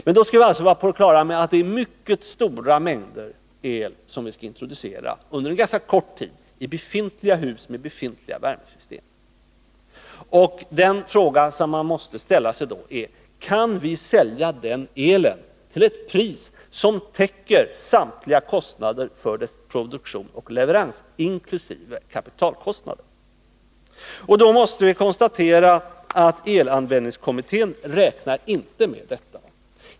Men då skall vi vara på det klara med att det är mycket stora mängder el som vi skall introducera under ganska kort tid i befintliga hus med befintliga värmesystem. Den fråga man då måste ställa sig är: Kan vi sälja denna el till ett pris som täcker samtliga kostnader för dess produktion och leverans, inkl. kapitalkostnader? Då måste vi konstatera att elanvändningskommittén inte räknade med detta.